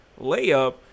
layup